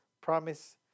promise